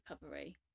recovery